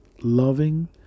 loving